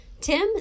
Tim